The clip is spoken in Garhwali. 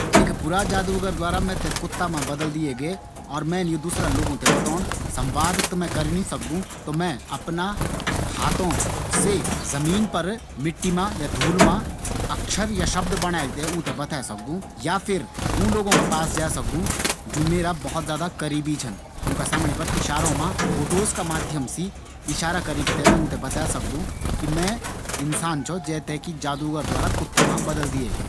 एक बुरा जादूगर द्वारा मैं थें कुत्ता मा बदल दिए गै। या बात मैंन दूसरा लोगों थें बतौण। संवाद त मैं करी नी सकदु। तो मैं अपना हाथों से जमीन पर मिट्टी मा या धूल मा अक्षर या शब्द बणेक ऊँ थें बते सकदु। या फिर ऊँ लोगों का पास जै सकदु जु मेरा बहुत ज्यादा करीबी छन। ऊंका समणी फोटोज का माध्यम से इशारा करीक मैं ऊँ थें बते सकदु कि मैं इंसान छौ। जै थें कि बुरा जादूगर द्वारा कुत्ता मा बदल दिए गै।